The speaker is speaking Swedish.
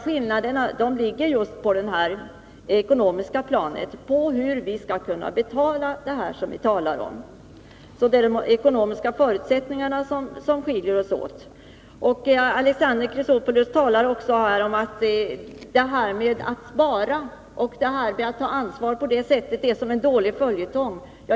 Skillnaderna ligger just på det ekonomiska planet — dvs. hur vi skall betala det vi talar om. Det är alltså de ekonomiska förutsättningarna som skiljer oss åt. Alexander Chrisopoulos talar också om att det här med att spara och att på det sättet ta ansvar är som en dålig följetong.